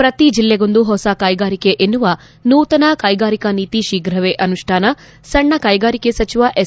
ಪ್ರತಿ ಜಲ್ಲೆಗೊಂದು ಹೊಸ ಕೈಗಾರಿಕೆ ಎನ್ನುವ ನೂತನ ಕೈಗಾರಿಕಾ ನೀತಿ ಶೀಘವೇ ಅನುಷ್ಠಾನ ಸಣ್ಣ ಕೈಗಾರಿಕೆ ಸಚಿವ ಎಸ್